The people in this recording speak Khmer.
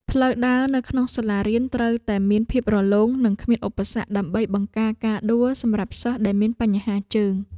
ផ្លូវដើរនៅក្នុងសាលារៀនត្រូវតែមានភាពរលោងនិងគ្មានឧបសគ្គ ដើម្បីបង្ការការដួលសម្រាប់សិស្សដែលមានបញ្ហាជើង។